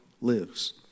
lives